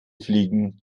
fliegen